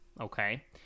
Okay